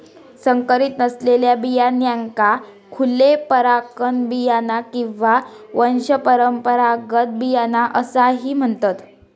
संकरीत नसलेल्या बियाण्यांका खुले परागकण बियाणा किंवा वंशपरंपरागत बियाणा असाही म्हणतत